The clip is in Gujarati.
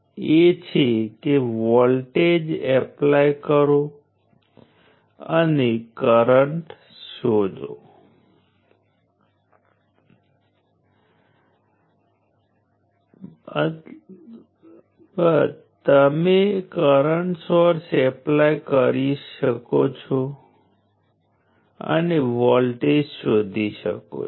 તો પાછળથી આપણે વોલ્ટેજ સોર્સ અથવા કરંટ સોર્સ જેવા એલિમેન્ટ્સ જોઈશું જે કાં તો પાવર પ્રદાન કરી શકે છે અથવા પાવર શોષી શકે છે